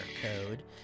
code